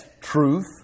truth